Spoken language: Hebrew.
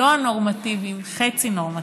לא נורמטיביים, חצי נורמטיביים.